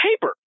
paper